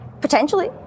Potentially